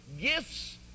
gifts